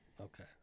Okay